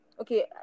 Okay